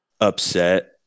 upset